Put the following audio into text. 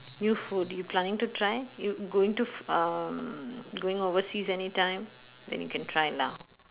new food you planning to try you going to f~ um you going overseas anytime then you can try lah